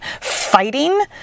Fighting